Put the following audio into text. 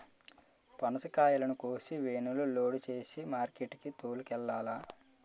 పనసకాయలను కోసి వేనులో లోడు సేసి మార్కెట్ కి తోలుకెల్లాల